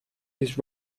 his